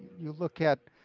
you look at